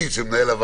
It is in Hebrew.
נגד,